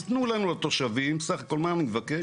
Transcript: אז תנו לנו התושבים, סך הכול מה מתבקש?